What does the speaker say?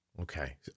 Okay